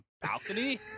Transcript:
balcony